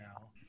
now